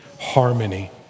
harmony